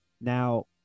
Now